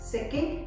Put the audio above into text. Second